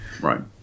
Right